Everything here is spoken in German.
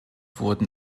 wurden